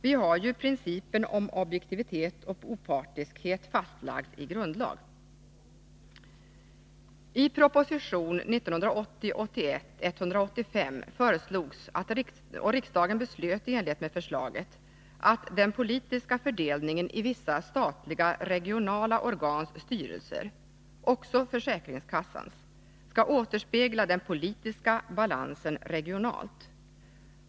Vi har ju principen om objektivitet och opartiskhet fastlagd i grundlag. I proposition 1980/81:185 föreslogs — riksdagen beslutade också i enlighet med förslaget — att den politiska fördelningen i vissa statliga och regionala organs styrelser, också försäkringskassas, skall återspegla den politiska balansen regionalt.